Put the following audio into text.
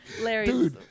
Larry